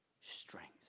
strength